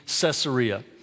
Caesarea